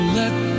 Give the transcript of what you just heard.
let